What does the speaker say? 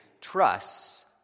trusts